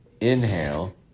Inhale